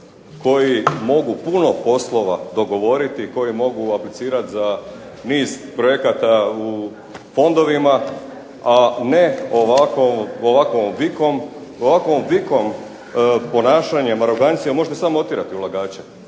koji mogu puno poslova dogovoriti i koji mogu aplicirati za niz projekata u fondovima, a ne ovakovom vikom. Ovakovom vikom, ponašanjem, arogancijom možete samo otjerati ulagači,